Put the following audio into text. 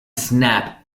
snap